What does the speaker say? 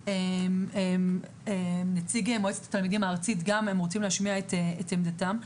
נציגי מועצת התלמידים הארצית רוצים להשמיע את עמדתם.